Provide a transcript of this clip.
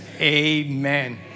Amen